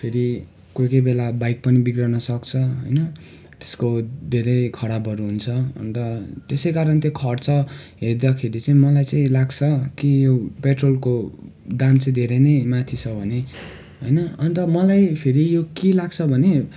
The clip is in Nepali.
फेरि कोही कोही बेला बाइक पनि बिग्रन सक्छ होइन त्यसको धेरै खराबहरू हुन्छ अन्त त्यसै कारण त्यो खर्च हेर्दाखेरि चाहिँ मलाई चाहिँ लाग्छ कि यो पेट्रोलको दाम चाहिँ धेरै नै माथि छ भने होइन अन्त मलाई फेरि यो के लाग्छ भने